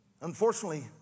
Unfortunately